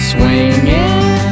Swinging